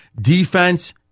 defense